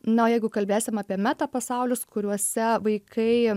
na o jeigu kalbėsim apie meta pasaulius kuriuose vaikai